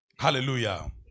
Hallelujah